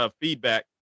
feedback